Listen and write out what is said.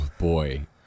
Boy